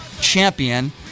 champion